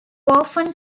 often